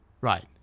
Right